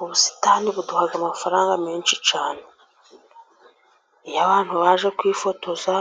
Ubusitani buduha amafaranga menshi cyane. Iyo abantu baje kwifotoza